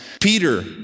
Peter